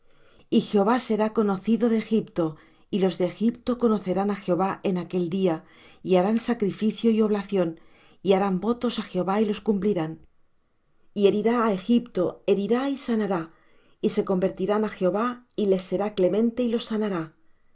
y jehová será conocido de egipto y los de egipto conocerán á jehová en aquel día y harán sacrificio y oblación y harán votos á jehová y los cumplirán y herirá á egipto herirá y sanará y se convertirán á jehová y les será clemente y los sanará